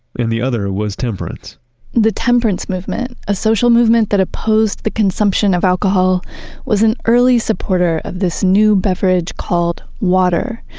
and the other was temperance the temperance movement, a social movement that opposed the consumption of alcohol was an early supporter of this new beverage called water.